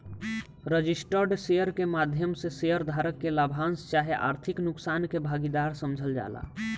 registered share के माध्यम से शेयर धारक के लाभांश चाहे आर्थिक नुकसान के भागीदार समझल जाला